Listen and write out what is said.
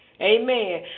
Amen